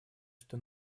что